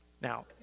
Now